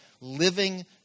living